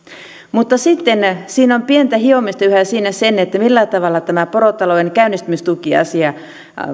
mutta sitten on pientä hiomista yhä siinä millä tavalla tämä porotalouden käynnistämistukiasia